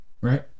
right